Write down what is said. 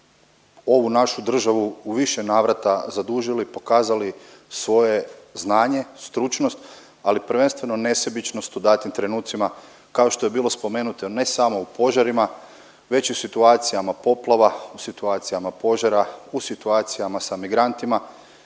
ovu našu državu u više navrata zadužili, pokazali svoje znanje, stručnost, ali prvenstveno nesebičnost u datim trenucima kao što je bilo spomenuto ne samo u požarima već i u situacijama poplava, u situacijama požara, u situacijama sa migrantima.